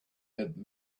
had